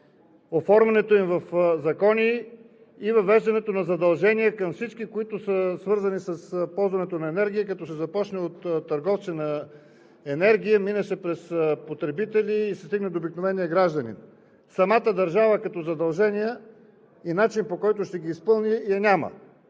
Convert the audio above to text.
оформянето им в закони и въвеждането на задължения към всички, които са свързани с ползването на енергия, като се започне от търговци на енергия, мине се през потребители, и се стигне до обикновения гражданин. Самата държава като задължение и начинът, по който ще ги изпълни, я няма.